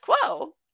quo